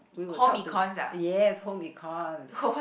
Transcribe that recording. we were taught to yes home econs